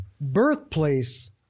birthplace